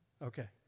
Okay